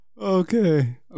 Okay